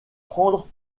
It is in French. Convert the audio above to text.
prendre